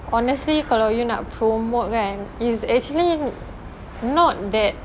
honestly kalau you nak kan promote is actually not that